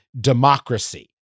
democracy